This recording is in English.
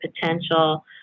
potential